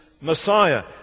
Messiah